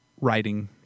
writing